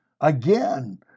again